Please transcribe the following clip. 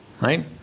right